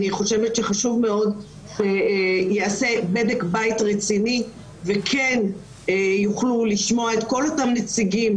חשוב מאוד שייעשה בדק בית רציני וכן יוכלו לשמוע את כל אותם נציגים,